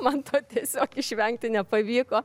man to tiesiog išvengti nepavyko